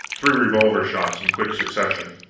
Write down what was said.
three revolver-shots in quick succession.